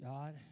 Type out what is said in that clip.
God